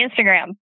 Instagram